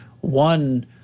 one